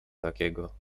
takiego